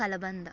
కలబంద